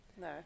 No